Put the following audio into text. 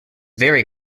very